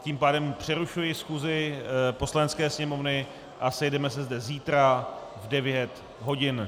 Tím pádem přerušuji schůzi Poslanecké sněmovny a sejdeme se zde zítra v 9 hodin.